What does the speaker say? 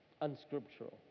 unscriptural